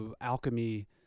alchemy